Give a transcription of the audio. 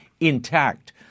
intact